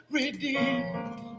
redeemed